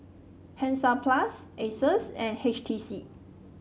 Hansaplast Asus and H T C